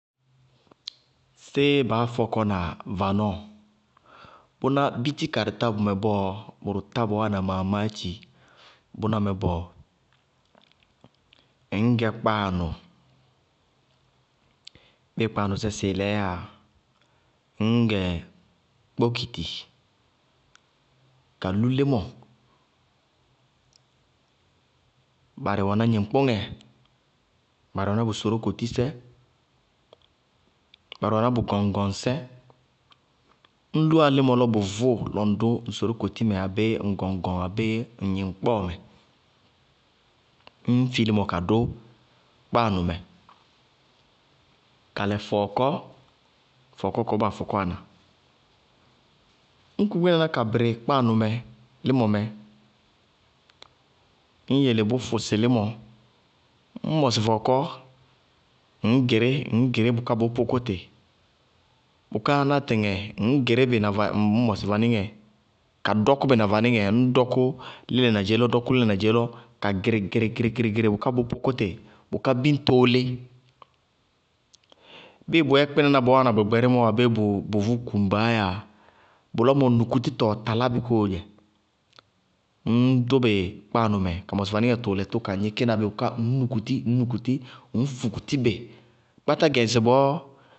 Séé baá fɔkɔ na vanɔɔ? Bʋná, biti karɩ tá bʋmɛ bɔɔ. Bʋrʋ tá bɔɔ wáana maamáátchi bʋnámɛ bɔɔ. Ŋñgɛ kpáanʋ, bɩɩ kpáanʋsɛ sɩɩlɛɛ yáa, ññgɛ kpokiti, ka lú lɩmɔ, barɩ wɛná gnɩŋkpʋŋɛ, barɩ wɛná bʋ sorókotisɛ, barɩ wɛná bʋ gɔŋgɔŋsɛ. Ñ lúwá lɩmɔ lɔ bʋ vʋʋ lɔ ŋ dʋ sorókotimɛ abéé ŋ gɔŋgɔŋ abéé ŋ gnɩŋkpɔɔmɛ. Ññ fi lɩmɔ ka dʋ kpáanʋmɛ kalɛ fɔɔkɔ, fɔɔkɔ kɔɔ baa fɔkɔwa na. Ññ ku kpɩnaná ka bɩrɩ kpáanʋmɛ lɩmɔmɛ, ññ yele bʋ fʋsɩ lɩmɔ, ññ mɔsɩ fɔɔkɔ, ŋñ gɩrɩ ŋñ gɩrɩ bʋká bʋʋ pʋkʋtɩ. Bʋká ná tɩtɩŋɛ, ŋñ gɩrɩ bɩ na va ññ mɔsɩ vanɩŋɛ, ka dɔkʋ bɩ na vanɩŋɛ ka dɔkʋ bɩ na vanɩŋɛ, ñ dɔkʋ lɩlɛ na dzeélɔ dɔkʋ lɩlɛ na dzeélɔ, ka gɩrɩgɩrɩgɩrɩ bʋká bʋʋ pʋkʋtɩ, bʋká biñtoó lɩ. Bɩɩ bʋyɛ kpɩnaná bɔɔ wáana biñto abéé bʋ vʋ kumbaáyáa, bʋlɔmɔ nukutitɔɔ talábɩ kóo dzɛ. Ññ dʋ bɩ kpáanʋmɛ ka mɔsɩ vanɩŋɛ tʋʋlɛ tʋ ka gnɩkɩ bɩ bʋká ŋñ nukuti ŋñ nukuti ŋñ fukuti bɩ. Kpátá gɛ ŋsɩbɔɔ.